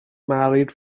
married